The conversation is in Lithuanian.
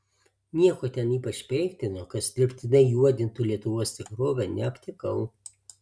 nieko ten ypač peiktino kas dirbtinai juodintų lietuvos tikrovę neaptikau